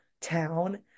town